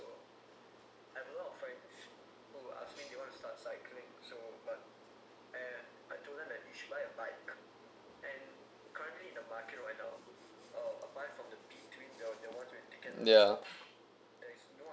ya